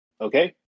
Okay